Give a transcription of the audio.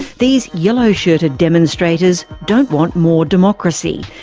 these yellow-shirted demonstrators don't want more democracy,